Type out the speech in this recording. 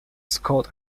scored